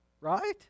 right